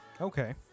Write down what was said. Okay